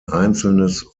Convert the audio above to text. einzelnes